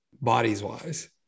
bodies-wise